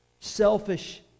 Selfish